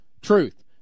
Truth